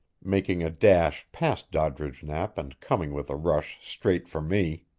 making a dash past doddridge knapp and coming with a rush straight for me.